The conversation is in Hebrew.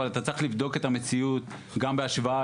אבל אתה צריך לבדוק את המציאות גם בהשוואה